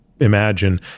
Imagine